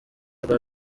rwa